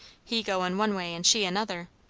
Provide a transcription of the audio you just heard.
he goin' one way, and she another.